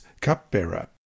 cupbearer